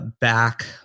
back